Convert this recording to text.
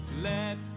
let